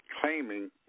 claiming